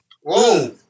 Whoa